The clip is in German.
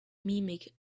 mimik